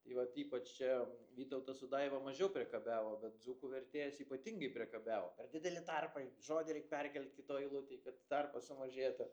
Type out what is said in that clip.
tai va ypač čia vytautas su daiva mažiau priekabiavo bet dzūkų vertėjas ypatingai priekabiavo per dideli tarpai žodį reik perkelt kitoj eilutėj kad tarpas sumažėtų